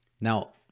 Now